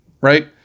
right